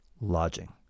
lodging